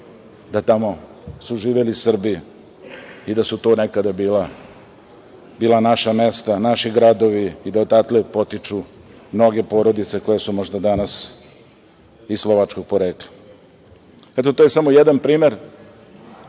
da tamo su živeli Srbi i da su to nekada bila naša mesta, naši gradovi i da odatle potiču mnoge porodice koje su možda danas i slovačkog porekla. To je samo jedan primer